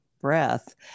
breath